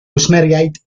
gwsmeriaid